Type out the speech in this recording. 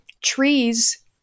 trees